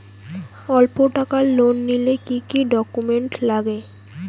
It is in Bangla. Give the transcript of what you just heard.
অল্প টাকার লোন নিলে কি কি ডকুমেন্ট লাগে?